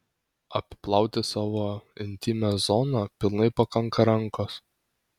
apiplauti savo intymią zoną pilnai pakanka rankos